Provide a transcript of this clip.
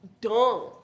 dumb